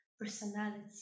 personality